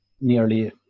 nearly